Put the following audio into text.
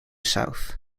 south